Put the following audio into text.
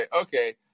okay